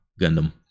Gundam